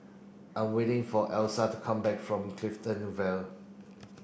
I am waiting for Elyssa to come back from Clifton Vale